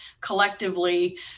collectively